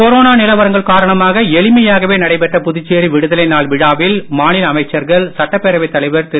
corona நிலவரங்கள் காரணமாக எளிமையாகவே நடைபெற்ற புதுச்சேரி விடுதலை நாள் விழாவில் மாநில அமைச்சர்கள் திரு